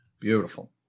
Beautiful